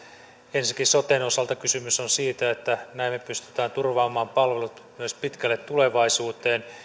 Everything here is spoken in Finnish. ensinnäkin soten osalta kysymys on siitä että näin me pystymme turvaamaan palvelut myös pitkälle tulevaisuuteen